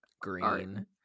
green